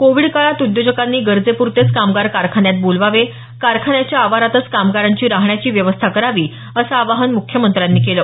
Covid काळात उद्योजकांनी गरजेप्रतेच कामगार कारखान्यात बोलवावे कारखान्याच्या आवारातच कामगारांची राहण्याची व्यवस्था करावी असं आवाहन मुख्यमंत्र्यांनी केलं